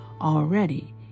already